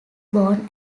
born